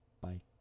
Bye